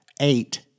eight